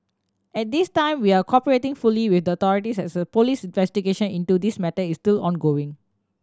at this time we are cooperating fully with the authorities as a police investigation into this matter is still ongoing